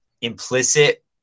implicit